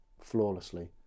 flawlessly